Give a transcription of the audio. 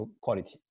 quality